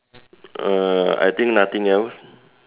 err I think nothing else